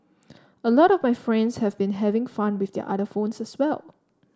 a lot of my friends have been having fun with their other phones as well